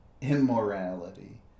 immorality